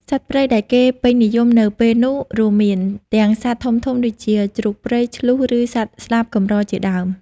សត្វព្រៃដែលគេពេញនិយមនៅពេលនោះរួមមានទាំងសត្វធំៗដូចជាជ្រូកព្រៃ ឈ្លូស ឬសត្វស្លាបកម្រជាដើម។